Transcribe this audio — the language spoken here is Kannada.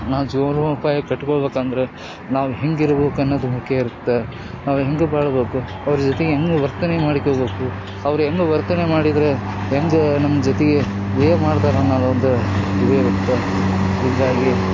ನಾವು ಜೀವನೋಪಾಯ ಕಟ್ಕೊಳ್ಬೇಕಂದ್ರೆ ನಾವು ಹೆಂಗಿರ್ಬೇಕು ಅನ್ನೋದು ಮುಖ್ಯ ಇರುತ್ತೆ ನಾವು ಹೇಗೆ ಬಾಳಬೇಕು ಅವ್ರ ಜೊತೆಗೆ ಹೆಂಗೆ ವರ್ತನೆ ಮಾಡ್ಕೊಳ್ಬೇಕು ಅವ್ರು ಹೆಂಗೆ ವರ್ತನೆ ಮಾಡಿದರೆ ಹೆಂಗೆ ನಮ್ಮ ಜೊತೆಗೆ ಬಿಹೇವ್ ಮಾಡ್ತಾರೆ ಅನ್ನೋದೊಂದು ಇದಿರುತ್ತೆ ಹಿಂಗಾಗಿ